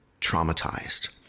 traumatized